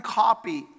copy